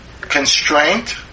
constraint